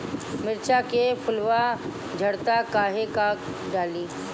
मिरचा के फुलवा झड़ता काहे का डाली?